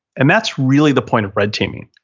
and that's really the point of red teaming,